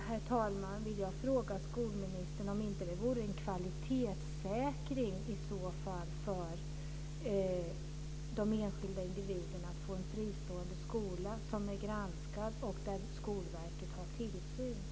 Herr talman! Jag vill fråga skolministern om det inte vore en kvalitetssäkring för de enskilda individerna att få en fristående skola som är granskad och där Skolverket har tillsyn.